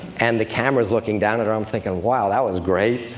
and the camera is looking down at her. i'm thinking, wow, that was great